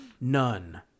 None